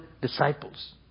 disciples